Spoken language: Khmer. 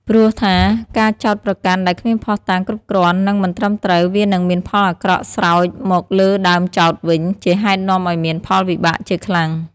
ព្រោះថាការចោទប្រកាន់ដែលគ្មានភ័ស្តុតាងគ្រប់គ្រាន់ និងមិនត្រឹមត្រូវ វានឹងមានផលអាក្រក់ស្រោចមកលើដើមចោទវិញ ជាហេតុនាំឲ្យមានផលវិបាកជាខ្លាំង ៕